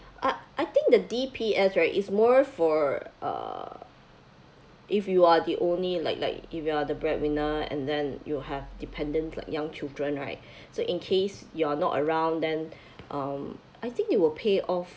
I I think the D_P_S right is more for uh if you are the only like like if you are the breadwinner and then you have dependents like young children right so in case you're not around then um I think you will pay off